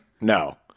No